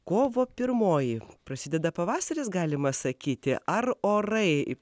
kovo pirmoji prasideda pavasaris galima sakyti ar orai